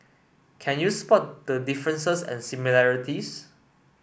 can you spot the differences and similarities